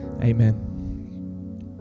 amen